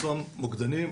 אותם מוקדנים,